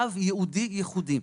קו ייעודי ייחודי.